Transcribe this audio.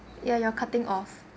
yeah yeah cutting off